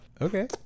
Okay